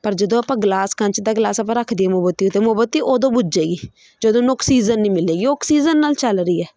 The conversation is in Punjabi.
ਪਰ ਜਦੋਂ ਆਪਾਂ ਗਲਾਸ ਕੱਚ ਦਾ ਗਲਾਸ ਆਪਾਂ ਰੱਖ ਦੇਈਏ ਮੋਮਬੱਤੀ ਦੇ ਉੱਤੇ ਮੋਮਬੱਤੀ ਉਦੋਂ ਬੁੱਝ ਜੇਗੀ ਜਦੋਂ ਉਹਨੂੰ ਆਕਸੀਜਨ ਨਹੀਂ ਮਿਲੇਗੀ ਉਹ ਆਕਸੀਜਨ ਨਾਲ ਚੱਲ ਰਹੀ ਹੈ